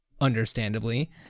understandably